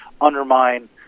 undermine